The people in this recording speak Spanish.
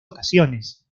ocasiones